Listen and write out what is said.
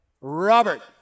Robert